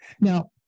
Now